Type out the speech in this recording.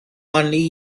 only